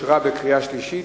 הועברה ואושרה בקריאה שלישית,